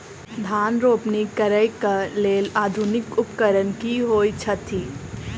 धान रोपनी करै कऽ लेल आधुनिक उपकरण की होइ छथि?